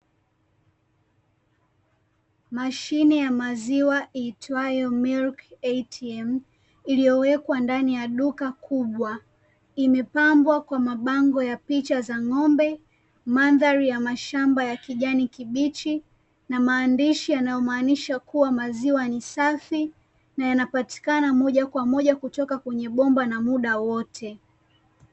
Mashine ya maziwa iitwayo (milk ATM), iliyowekwa ndani ya duka kubwa. Imepambwa kwa mabango ya picha za ng'ombe, mandhari ya mashamba ya kijani kibichi, na maandishi yanayomaanisha kuwa maziwa ni safi, na yanapatikana moja kwa moja kutoka kwenye bomba na muda wote.